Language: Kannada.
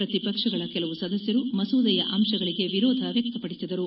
ಪ್ರತಿಪಕ್ಷಗಳ ಕೆಲವು ಸದಸ್ಯರು ಮಸೂದೆಯ ಅಂತಗಳಿಗೆ ವಿರೋಧ ವ್ಯಕ್ತಪಡಿಸಿದರು